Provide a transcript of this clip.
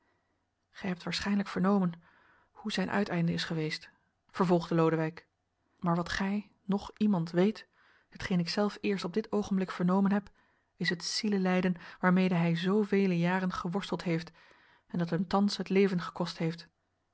gij hebt waarschijnlijk vernomen hoe zijn uiteinde is geweest vervolgde lodewijk maar wat gij noch iemand weet hetgeen ik zelf eerst op dit oogenblik vernomen heb is het zielelijden waarmede hij zoovele jaren geworsteld heeft en dat hem thans het leven gekost heeft